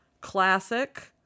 classic